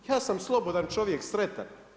Ja sam slobodan čovjek, sretan.